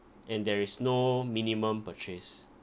and there is no minimum purchase